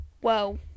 Whoa